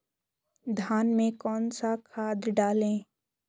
धान में कौन सा खाद डालें?